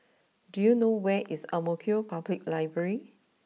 do you know where is Ang Mo Kio Public library